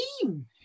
team